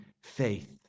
faith